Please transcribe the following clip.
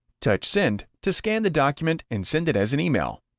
touch send to scan the document and send it as an email.